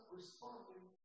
Responding